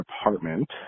apartment